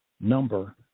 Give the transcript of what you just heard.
number